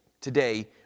today